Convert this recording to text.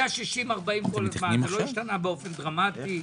לא השתנה דרמטית.